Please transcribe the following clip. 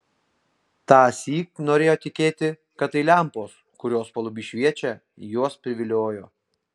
tąsyk norėjo tikėti kad tai lempos kurios paluby šviečia juos priviliojo